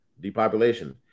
Depopulation